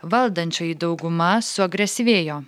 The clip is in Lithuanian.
valdančioji dauguma suagresyvėjo